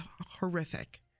horrific